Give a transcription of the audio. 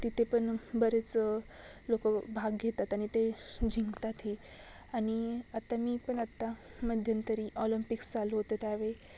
तिते पन बरेच लोकं भाग घेतात आनि ते झिंकतात हे आनि आत्ता मी पन आत्ता मध्यंतरी ऑलम्पिक्स चालू होतं त्यावेळी